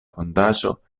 fondaĵo